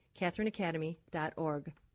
catherineacademy.org